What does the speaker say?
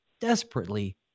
desperately—